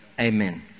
Amen